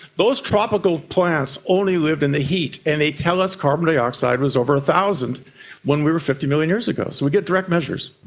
those tropical plants only lived in the heat and they tell us carbon dioxide was over one thousand when we were fifty million years ago. so we get direct measures.